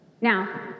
Now